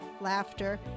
laughter